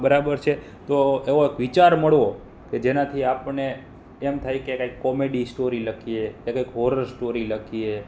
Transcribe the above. બરાબર છે તો એવો વિચાર મળવો કે જેનાથી આપણને એમ થાય કે કંઈક કોમેડી સ્ટોરી લખીએ કે કંઈક હોરોર સ્ટોરી લખીએ